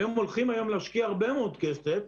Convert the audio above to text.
הם הולכים היום להשקיע הרבה מאוד כסף,